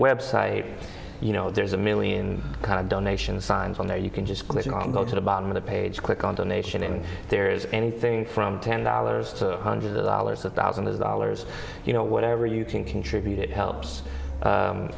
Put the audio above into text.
website you know there's a million kind of donation signs on there you can just click on go to the bottom of the page click on donation in there is anything from ten dollars to one hundred dollars a thousand dollars you know whatever you can contribute it helps